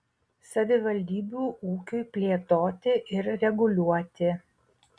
savivaldybių ūkiui plėtoti ir reguliuoti